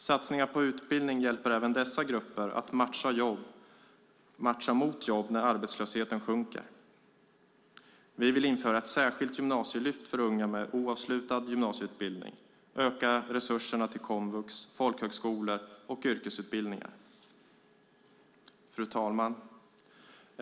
Satsningar på utbildning hjälper även dessa grupper att matcha mot jobb när arbetslösheten sjunker. Vi vill införa ett särskilt gymnasielyft för unga med oavslutad gymnasieutbildning - öka resurserna till komvux, folkhögskolor och yrkesutbildningar. Fru talman!